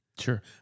Sure